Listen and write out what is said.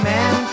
Man